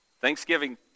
Thanksgiving